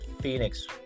Phoenix